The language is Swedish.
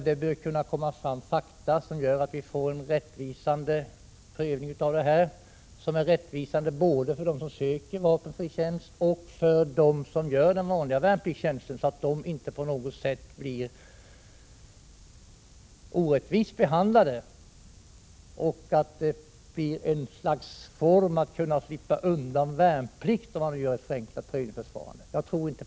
Det bör kunna komma fram fakta som gör att vi får en prövning som är rättvisande både för dem som söker vapenfri tjänst och för dem som gör den vanliga värnpliktstjänstgöringen, så att dessa senare inte på något sätt blir orättvist behandlade och så att den vapenfria tjänsten inte blir ett slags form för att slippa värnplikt.